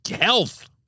health